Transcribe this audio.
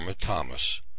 Thomas